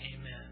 Amen